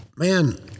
Man